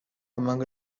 among